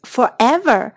Forever